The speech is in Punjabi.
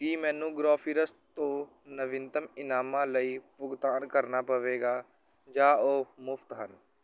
ਕੀ ਮੈਨੂੰ ਗਰੋਫਿਰਸ ਤੋਂ ਨਵੀਨਤਮ ਇਨਾਮਾਂ ਲਈ ਭੁਗਤਾਨ ਕਰਨਾ ਪਵੇਗਾ ਜਾਂ ਉਹ ਮੁਫ਼ਤ ਹਨ